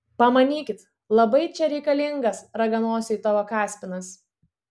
pamanykit labai čia reikalingas raganosiui tavo kaspinas